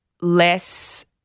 less